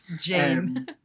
Jane